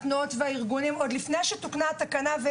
עוד לפני שתוקנה התקנה הם